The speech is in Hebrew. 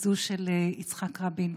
כזו של יצחק רבין,